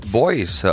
boys